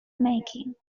making